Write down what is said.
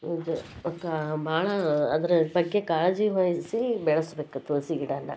ಇದು ಕಾ ಭಾಳ ಅದರ ಬಗ್ಗೆ ಕಾಳಜಿ ವಹಿಸಿ ಬೆಳೆಸ್ಬೇಕು ತುಳಸಿ ಗಿಡವನ್ನ